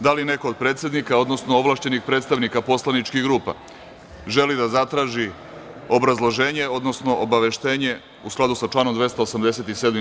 Da li neko od predsednika, odnosno ovlašćenih predstavnika poslaničkih grupa želi da zatraži obrazloženje, odnosno obaveštenje u skladu sa članom 287.